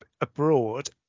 abroad